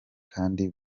kandi